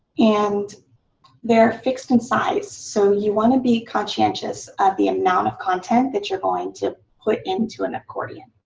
and they're fixed in size. so you want to be conscientious of the amount of content that you're going to put into an accordion